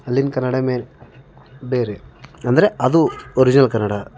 ಅಲ್ಲಿನ ಕನ್ನಡವೇ ಬೇರೆ ಅಂದರೆ ಅದು ಒರಿಜಿನಲ್ ಕನ್ನಡ